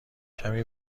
کمی